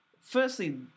firstly